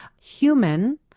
human